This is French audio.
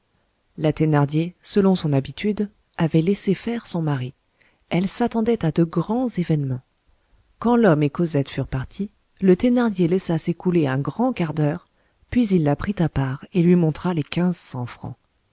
la thénardier selon son habitude avait laissé faire son mari elle s'attendait à de grands événements quand l'homme et cosette furent partis le thénardier laissa s'écouler un grand quart d'heure puis il la prit à part et lui montra les quinze cents francs